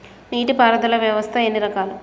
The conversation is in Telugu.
నీటి పారుదల వ్యవస్థ ఎన్ని రకాలు?